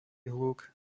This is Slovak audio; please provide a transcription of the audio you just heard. hluk